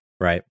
right